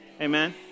Amen